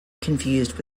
confused